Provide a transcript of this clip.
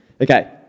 Okay